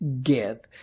give